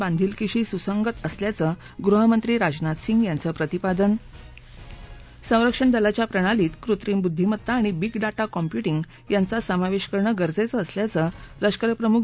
बांधीलकीशी सुसंगत असल्याचं गृहमंत्री राजनाथ सिंह यांचं प्रतिपादन संरक्षण दलाच्या प्रणालीत कृत्रिम बुद्धीमत्ता आणि बिग डाटा कॉम्प्यूटींग यांचा समावेश करणं गरजेचं असल्याचं लष्कस्प्रमुख